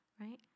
right